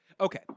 Okay